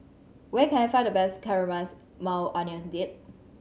where can I find the best Caramelized Maui Onion Dip